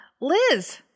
Liz